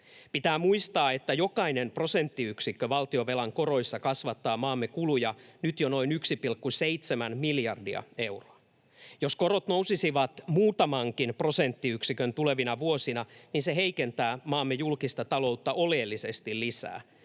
Pitää muistaa, että jokainen prosenttiyksikkö valtionvelan koroissa kasvattaa maamme kuluja nyt jo noin 1,7 miljardia euroa. Jos korot nousisivat muutamankin prosenttiyksikön tulevina vuosina, niin se heikentää maamme julkista taloutta oleellisesti lisää.